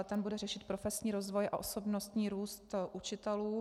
Ten bude řešit profesní rozvoj a osobnostní růst učitelů.